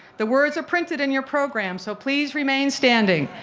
the words are printed in your program so please remain standing.